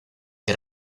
que